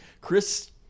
Chris